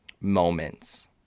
moments